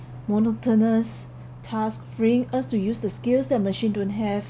monotonous task freeing us to use the skills the machine don't have